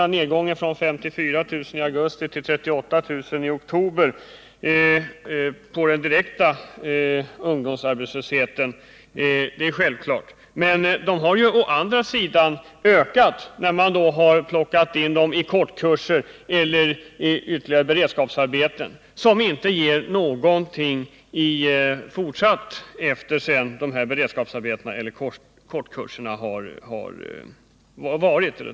Att nedgången från 54 000 arbetslösa i augusti till 38 000 i oktober har minskat den direkta ungdomsarbetslösheten är självklart, men å andra sidan har ju siffrorna ökat, eftersom man har plockat in de arbetslösa i kortkurser eller beredskapsarbeten, och när de är slut finns det ju inget fortsatt arbete.